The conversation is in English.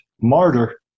martyr